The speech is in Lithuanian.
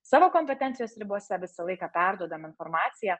savo kompetencijos ribose visą laiką perduodam informaciją